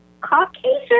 Caucasian